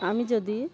আমি যদি